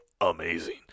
amazing